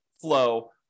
flow